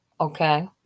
okay